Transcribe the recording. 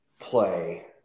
Play